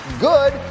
good